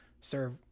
serve